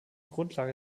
grundlage